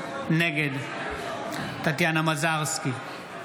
נגד טטיאנה מזרסקי,